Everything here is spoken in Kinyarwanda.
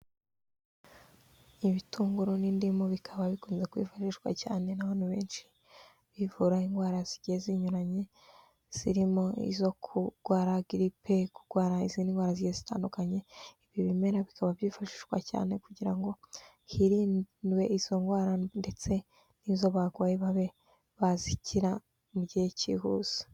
Ibitunguru n'indimu bikaba bikunze kwifashishwa cyane n'abantu benshi bivura indwara zigiye zinyuranye, zirimo izo kurwara giripe, kurwara izindi ndwara zigiye zitandukanye, ibi bimera bikaba byifashishwa cyane kugira ngo hirindwe izo ndwara ndetse n'izo barwaye babe bazikira mu gihe cyihuse.